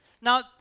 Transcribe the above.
Now